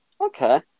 Okay